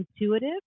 intuitive